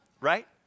right